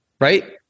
right